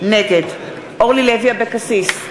נגד אורלי לוי אבקסיס,